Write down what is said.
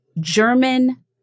German